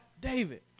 David